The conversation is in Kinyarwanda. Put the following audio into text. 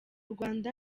rwanda